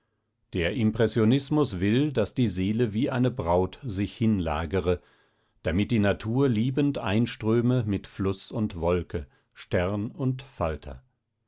der impressionismus will daß die seele wie eine braut sich hinlagere damit die natur liebend einströme mit fluß und wolke stern und falter